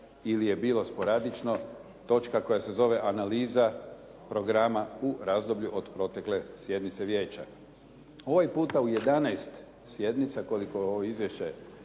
ili je bilo sporadično točka koja se zove Analiza programa u razdoblju od protekle sjednice vijeća. Ovaj puta u jedanaest sjednica koliko ovo izvješće